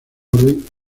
orden